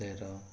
ତେର